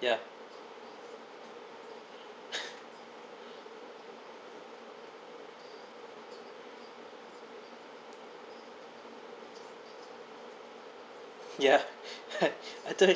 ya ya ya aduh